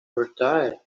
retire